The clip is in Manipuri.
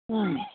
ꯎꯝ